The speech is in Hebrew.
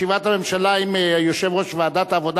ישיבת הממשלה עם יושב-ראש ועדת העבודה